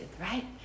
right